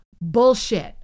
bullshit